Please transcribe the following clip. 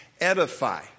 edify